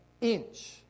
inch